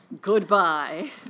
Goodbye